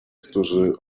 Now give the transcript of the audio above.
którzy